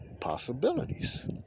possibilities